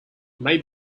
may